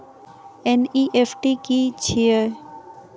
NEFT की छीयै?